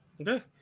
Okay